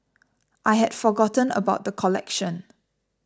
I had forgotten about the collection